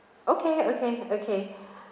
okay okay okay